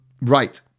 right